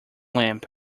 lamp